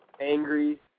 angry